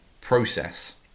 process